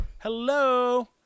Hello